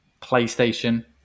playstation